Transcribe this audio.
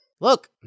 Look